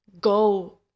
go